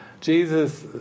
Jesus